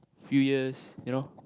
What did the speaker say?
few years you know